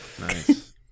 Nice